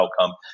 outcome